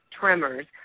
tremors